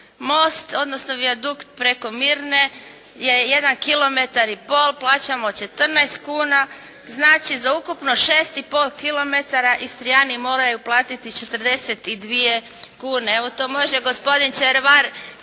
most odnosno vijadukt preko Mirne je 1 kilometar i pol plaćamo 14 kuna. Znači za ukupno 6 i pol kilometara Istrijani moraju platiti 42 kune. Evo to možemo gospodin Červar